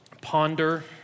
ponder